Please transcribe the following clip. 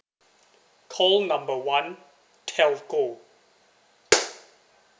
call number one telco